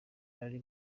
ari